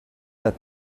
that